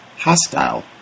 hostile